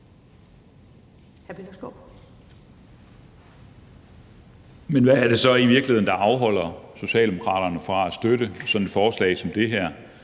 hvad er det så i virkeligheden, der afholder Socialdemokraterne fra at støtte sådan et forslag som det her?